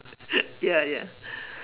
ya ya